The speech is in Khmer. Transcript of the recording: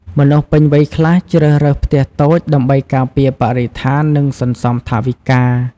មនុស្សពេញវ័យខ្លះ ជ្រើសរើសផ្ទះតូច ដើម្បីការពារបរិស្ថាន និង សន្សំថវិកា។